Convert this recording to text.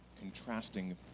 contrasting